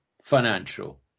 financial